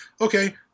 Okay